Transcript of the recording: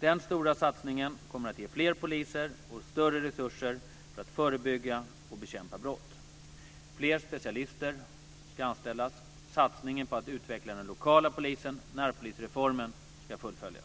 Den stora satsningen kommer att ge fler poliser och större resurser för att förebygga och bekämpa brott. Fler specialister ska anställas. Satsningen på att utveckla den lokala polisen, närpolisreformen, ska fullföljas.